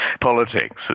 politics